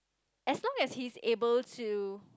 as long as he's able to